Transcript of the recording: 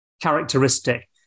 characteristic